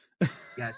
Yes